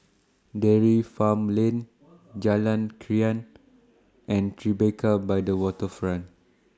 Dairy Farm Lane Jalan Krian and Tribeca By The Waterfront